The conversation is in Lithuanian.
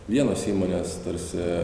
vienos įmonės tarsi